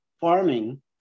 farming